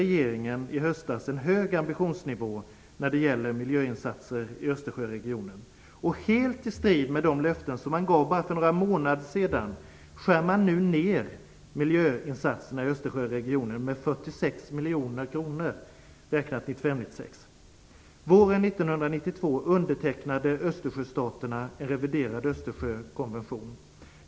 Regeringen utfäste i höstas en hög ambitionsnivå när det gäller miljöinsatser i Östersjöregionen. Helt i strid med de löften som man gav för bara några månader sedan skär man nu ner miljöinsatserna i Östersjöregionen med 46 miljoner kronor räknat för 1995/96. Våren 1992 undertecknade Östersjöstaterna en reviderad Östersjökonvention.